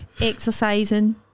exercising